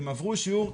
הם עברו שיעור,